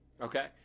Okay